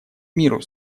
миру